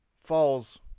falls